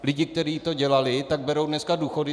Lidi, kteří to dělali, tak berou dneska důchody.